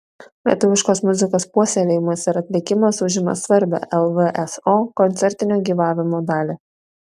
lietuviškos muzikos puoselėjimas ir atlikimas užima svarbią lvso koncertinio gyvenimo dalį